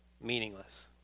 Meaningless